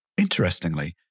Interestingly